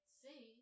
see